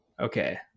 okay